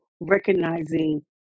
recognizing